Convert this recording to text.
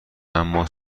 اما